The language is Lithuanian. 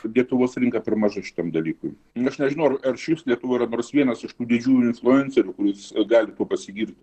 lietuvos rinka per mažai šitam dalykui aš nežinau ar šiaip lietuvoj yra nors vienas iš tų didžiųjų influencerių kuris gali tuo pasigirti